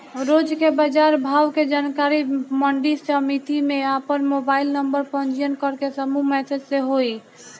रोज के बाजार भाव के जानकारी मंडी समिति में आपन मोबाइल नंबर पंजीयन करके समूह मैसेज से होई?